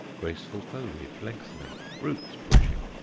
graceful foliage lengthening, roots pushing,